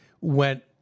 went